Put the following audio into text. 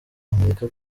amerika